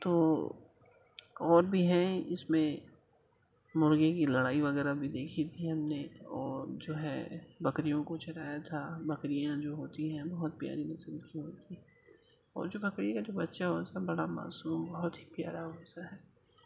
تو اور بھی ہیں اس میں مرغے کی لڑائی وغیرہ بھی دیکھی تھی ہم نے اور جو ہے بکریوں کو چرایا تھا بکریاں جو ہوتی ہیں بہت پیاری نسل کی ہوتی ہیں اور جو بکری کا جو بچہ ہوتا ہے بڑا معصوم بہت ہی پیارا ہوتا ہے